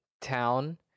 town